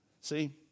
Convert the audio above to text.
See